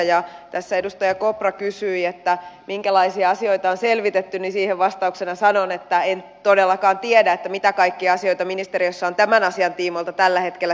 kun tässä edustaja kopra kysyi minkälaisia asioita on selvitetty niin siihen vastauksena sanon että en todellakaan tiedä mitä kaikkia asioita ministeriössä on tämän asian tiimoilta tällä hetkellä selvityksessä